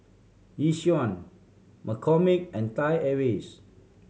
Yishion McCormick and Thai Airways